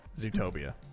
Zootopia